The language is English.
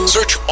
Search